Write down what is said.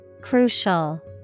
Crucial